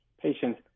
patient